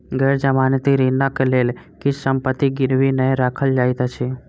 गैर जमानती ऋणक लेल किछ संपत्ति गिरवी नै राखल जाइत अछि